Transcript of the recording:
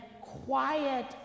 quiet